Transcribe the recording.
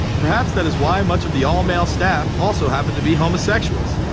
perhaps that is why much of the all-male staff. also happen to be homosexuals.